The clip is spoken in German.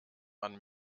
man